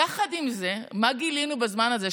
יחד עם זה, מה גילינו בזמן הזה?